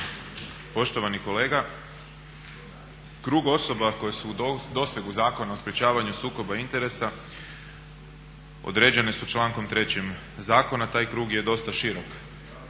Poštovani kolega, krug osoba koje su u dosegu Zakona o sprečavanju sukoba interesa određene su člankom 3. zakona, taj krug je dosta širok.